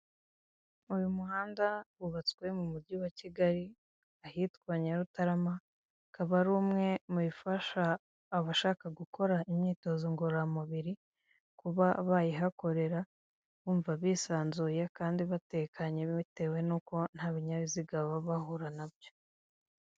Uyu muhanda wubatswe mu mujyi wa kigali ahitwa Nyarutarama, ukaba ari umwe mu bifasha abashaka gukora imyitozo ngororamubiri kuba bayihakorera bumva bisanzuye kandi batekanye bitewe n'uko nta binyabiziga baba bahura nabyo.